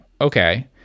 okay